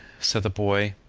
said the boy,